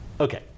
okay